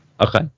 Okay